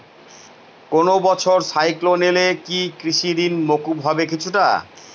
কোনো বছর সাইক্লোন এলে কি কৃষি ঋণ মকুব হবে কিছুটা?